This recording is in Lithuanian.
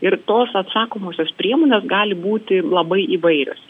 ir tos atsakomosios priemonės gali būti labai įvairios